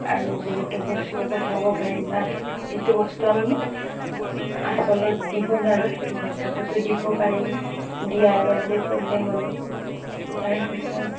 আৰু বহুতো বস্তু পঠাব পাৰি বা যিটো বস্তু আমি আচলত দিব নোৱাৰোঁ সেইটো হোৱাটছএপতো দিব পাৰি দিয়াৰ বাদে প্ৰব্লেম হ'লে তাৰপিছত